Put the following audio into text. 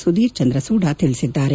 ಸುಧೀರ್ ಚಂದ್ರ ಸೂಡಾ ತಿಳಿಸಿದ್ದಾರೆ